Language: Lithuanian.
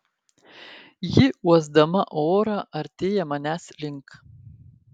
ji uosdama orą artėja manęs link